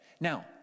Now